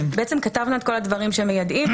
בעצם כתבנו את כל הדברים שמיידעים,